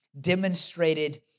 demonstrated